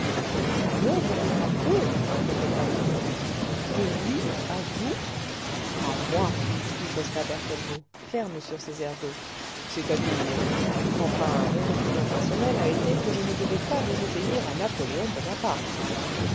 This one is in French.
un ordre autographe répéta le préfet de lui à vous a moi riposta berthellemot ferme sur ses ergots c'est-à-dire enfin mon opinion personnelle a été que je ne devais pas désobéir à napoléon bonaparte